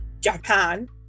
Japan